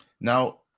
Now